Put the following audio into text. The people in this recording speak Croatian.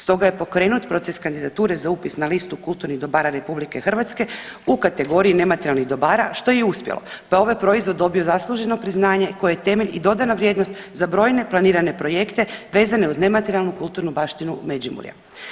Stoga je pokrenut proces kandidature za upis na listu kulturnih dobara RH u kategoriji nematerijalnih dobara što je i uspjelo, pa je ovaj proizvod dobio zasluženo priznanje koje je temelj i dodana vrijednost za brojne planirane projekte vezane uz nematerijalnu kulturnu baštinu Međimurja.